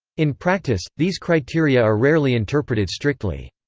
in practice, these criteria are rarely interpreted strictly.